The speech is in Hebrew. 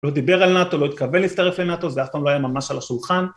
לא דיבר על נאטו, לא התכוון להצטרף לנאטו, זה אף פעם לא היה ממש על השולחן.